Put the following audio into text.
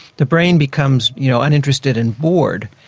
the brain becomes you know uninterested and bored.